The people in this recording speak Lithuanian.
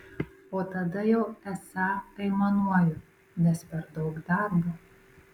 o tada jau esą aimanuoju nes per daug darbo